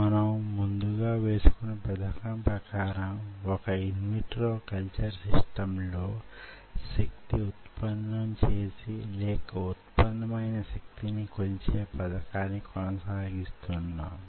మనం ముందుగా వేసుకున్న పథకం ప్రకారం వొక ఇన్ విట్రో కల్చర్ సిస్టంలో శక్తి వుత్పన్నం చేసే లేక వుత్పన్నమైన శక్తిని కొలిచే పథకాన్ని కొనసాగిస్తున్నాం